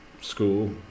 school